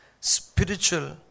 Spiritual